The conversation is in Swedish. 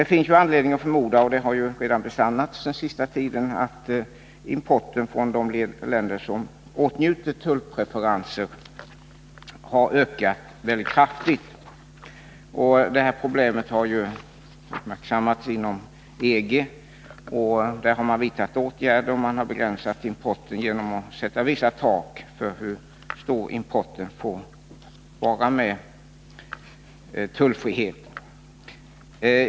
Det man haft anledning att förmoda har under den senaste tiden redan besannats, nämligen att importen från de länder som åtnjuter tullpreferenser ökar mycket kraftigt. Det här problemet har uppmärksammats inom EG, där man har vidtagit åtgärden att begränsa importen genom att sätta vissa tak för hur stor den tullfria andelen får vara.